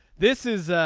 this is